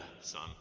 son